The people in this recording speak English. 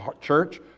church